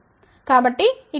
కాబట్టి ఇక్కడ 0